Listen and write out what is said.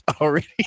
already